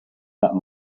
that